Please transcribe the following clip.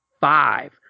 five